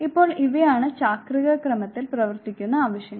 ഇപ്പോൾ ഇവയാണ് ചാക്രിക ക്രമത്തിൽ പ്രവർത്തിക്കുന്ന ആവശ്യങ്ങൾ